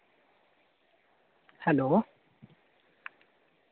hello